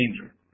danger